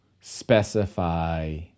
specify